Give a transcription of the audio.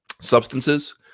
substances